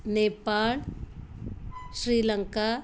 Nepal Sri Lanka